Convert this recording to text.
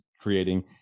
creating